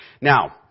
Now